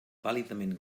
vàlidament